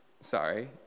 Sorry